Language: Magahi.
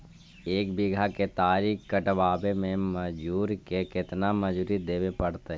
एक बिघा केतारी कटबाबे में मजुर के केतना मजुरि देबे पड़तै?